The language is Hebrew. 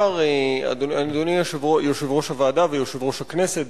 אדוני יושב-ראש הוועדה ויושב-ראש הכנסת,